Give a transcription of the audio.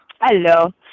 Hello